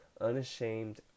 Unashamed